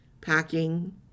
packing